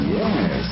Yes